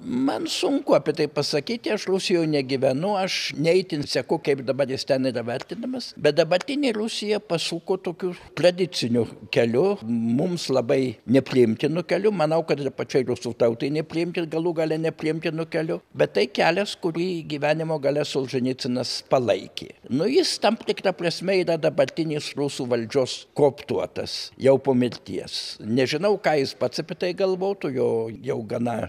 man sunku apie tai pasakyti aš rusijoj negyvenu aš ne itin seku kaip dabar jis ten yra vertinamas bet dabartinė rusija pasuko tokiu tradiciniu keliu mums labai nepriimtinu keliu manau kad ir pačiai rusų tautai nepriimtin galų gale nepriimtinu keliu bet tai kelias kurį gyvenimo gale solženicynas palaikė nu jis tam tikra pasme yra dabartinės rusų valdžios kooptuotas jau po mirties nežinau ką jis pats apie tai galvotų jo jau gana